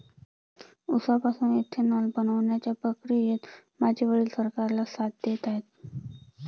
उसापासून इथेनॉल बनवण्याच्या प्रक्रियेत माझे वडील सरकारला साथ देत आहेत